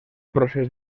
procés